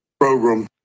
program